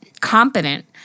competent